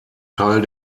teil